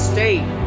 State